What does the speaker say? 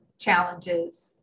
challenges